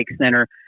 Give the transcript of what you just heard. center